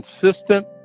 consistent